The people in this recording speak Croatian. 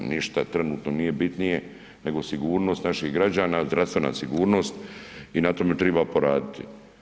Ništa trenutno nije bitnije nego sigurnost naših građana, zdravstvena sigurnost i na tome triba poraditi.